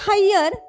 Higher